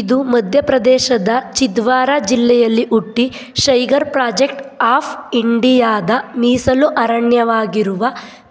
ಇದು ಮಧ್ಯ ಪ್ರದೇಶದ ಛಿಂದ್ವಾರಾ ಜಿಲ್ಲೆಯಲ್ಲಿ ಹುಟ್ಟಿ ಷೈಗರ್ ಪ್ರಾಜೆಕ್ಟ್ ಆಫ್ ಇಂಡಿಯಾದ ಮೀಸಲು ಅರಣ್ಯವಾಗಿರುವ